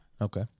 Okay